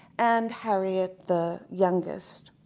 and harriet, the youngest.